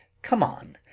come on.